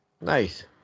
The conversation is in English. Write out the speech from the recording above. Nice